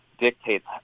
dictates